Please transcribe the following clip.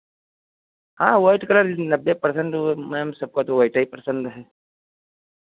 हाँ white colour नब्बे percent वो मैम सबका तो वाइटे पसंद है